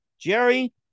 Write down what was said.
Jerry